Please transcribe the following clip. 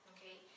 Okay